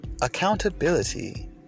Accountability